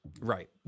Right